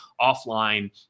offline